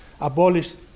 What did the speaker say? abolished